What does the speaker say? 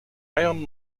iron